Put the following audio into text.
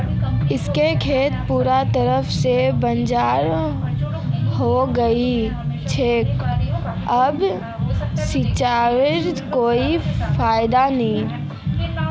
इखनोक खेत पूरी तरवा से बंजर हइ गेल छेक अब सींचवारो कोई फायदा नी